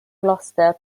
gloucester